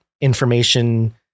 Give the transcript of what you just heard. information